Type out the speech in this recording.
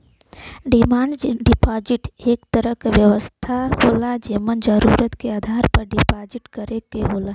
demand deposit एक तरह क व्यवस्था होला जेमन जरुरत के आधार पर डिपाजिट करे क होला